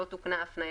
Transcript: לא תוקנה פה ההפניה.